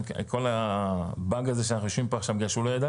אנחנו כרגע לא רואים את זה.